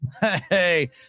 hey